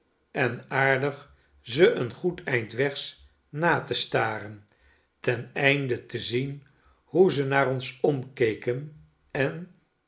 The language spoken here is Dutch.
en aardig ze een goed eind wegs na te staren ten einde te zien hoe ze naar ons omkeken en